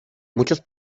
muchos